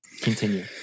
Continue